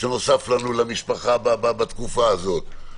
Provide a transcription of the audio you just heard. שנוסף לנו למשפחה בתקופה הזו,